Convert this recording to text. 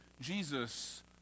Jesus